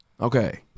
Okay